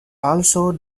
also